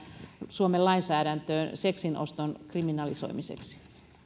suomen lainsäädäntöön seksin oston kriminalisoimiseksi